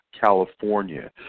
california